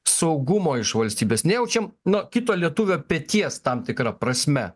saugumo iš valstybės nejaučiam nuo kito lietuvio peties tam tikra prasme